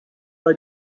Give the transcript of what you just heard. but